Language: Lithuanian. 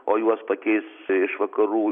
o juos pakeis iš vakarų